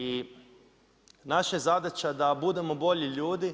I naša je zadaća da budemo bolji ljudi,